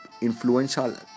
influential